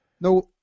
No